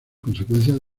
consecuencias